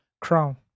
Crown